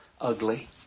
ugly